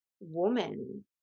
woman